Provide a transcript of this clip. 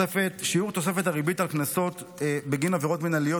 שיעור תוספת הריבית על קנסות בגין עבירות מינהליות